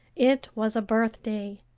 it was a birthday.